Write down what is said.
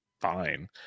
fine